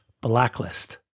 blacklist